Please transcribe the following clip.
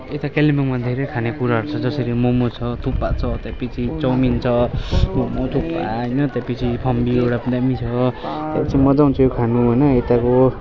यता कालिम्पोङमा धेरै खानेकुराहरू छ जसरी मोमो छ थुक्पा छ त्यहाँपछि चौमिन छ मोमो थुक्पा होइन त्यहाँपछि फम्बी एउटा पनि दाम्मी छ त्यहाँपछि मज्जा आउँछ यो खानु होइन यताको